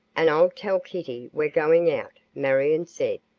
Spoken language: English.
and i'll tell kitty we're going out, marion said.